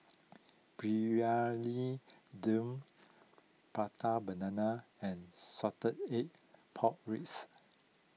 Briyani Dum Prata Banana and Salted Egg Pork Ribs